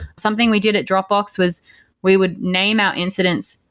something we did at dropbox was we would name our incidents.